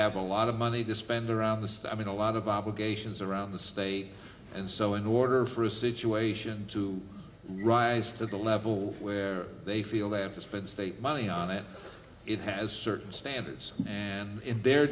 have a lot of money to spend around the state i mean a lot of obligations around the state and so in order for a situation to rise to the level where they feel they have to spend state money on it it has certain standards and in their